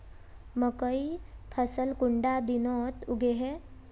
मकई फसल कुंडा दिनोत उगैहे?